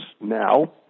now